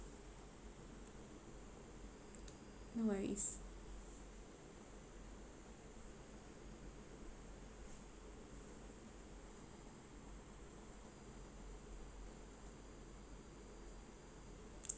no worries